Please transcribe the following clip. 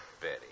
Betty